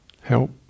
help